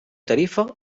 tarifa